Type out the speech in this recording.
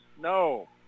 No